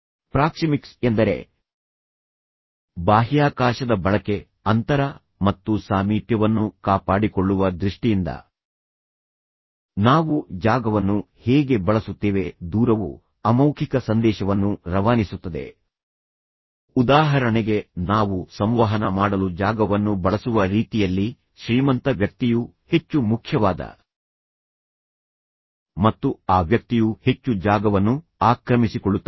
proxemics ಎಂದರೆ ಬಾಹ್ಯಾಕಾಶದ ಬಳಕೆ ಅಂತರ ಮತ್ತು ಸಾಮೀಪ್ಯವನ್ನು ಕಾಪಾಡಿಕೊಳ್ಳುವ ದೃಷ್ಟಿಯಿಂದ ನಾವು ಜಾಗವನ್ನು ಹೇಗೆ ಬಳಸುತ್ತೇವೆ ದೂರವು ಅಮೌಖಿಕ ಸಂದೇಶವನ್ನು ರವಾನಿಸುತ್ತದೆ ಉದಾಹರಣೆಗೆ ನಾವು ಸಂವಹನ ಮಾಡಲು ಜಾಗವನ್ನು ಬಳಸುವ ರೀತಿಯಲ್ಲಿ ಶ್ರೀಮಂತ ವ್ಯಕ್ತಿಯು ಹೆಚ್ಚು ಮುಖ್ಯವಾದ ಮತ್ತು ಆ ವ್ಯಕ್ತಿಯು ಹೆಚ್ಚು ಜಾಗವನ್ನು ಆಕ್ರಮಿಸಿಕೊಳ್ಳುತ್ತಾನೆ